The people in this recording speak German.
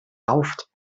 rauft